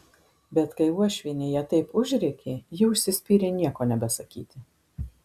bet kai uošvienė ją taip užrėkė ji užsispyrė nieko nebesakyti